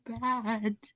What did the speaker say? bad